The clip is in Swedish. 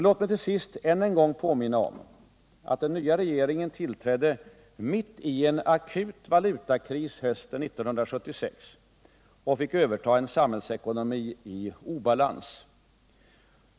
Låt mig till sist än en gång påminna om att den nya regeringen tillträdde mitt i en akut valutakris hösten 1976 och fick överta en samhällsekonomi i obalans.